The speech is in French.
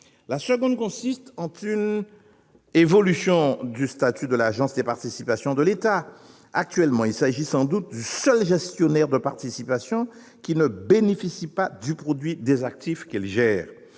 La seconde consiste en une évolution du statut de l'Agence des participations de l'État. Actuellement, il s'agit sans doute du seul gestionnaire de participations qui ne bénéficie pas du produit des actifs qu'il gère.